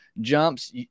jumps